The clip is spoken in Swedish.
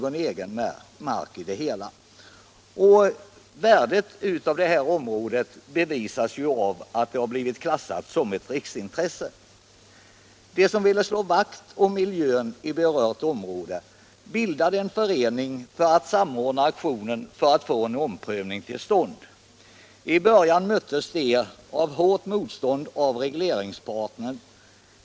Områdets värde framgår av att det har blivit klassat som ett riksintresse. De som ville slå vakt om miljön i detta område bildade en förening för att samordna en aktion för att få till stånd en omprövning av vattendomstolens dom. I början möttes de av hårt motstånd.